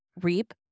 REAP